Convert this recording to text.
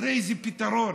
תראה איזה פתרון,